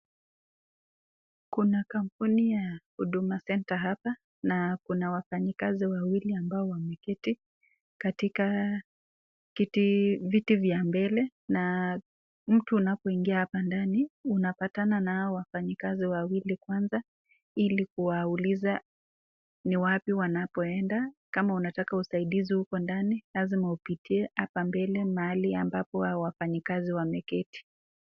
Kuna kampuni ya huduma center hapa na kuna wafanyikazi wawili ambao wameketi katika kiti, viti vya mbele na mtu unapoingia hapa ndani unapatana na hawa wafanyikazi wawili kwanza ili kuwauliza ni wapi wanapoenda. Kama unataka usaidizi uko ndani lazima upitie hapa mbele mahali ambapo hawa wafanyikazi wameketi.